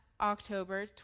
October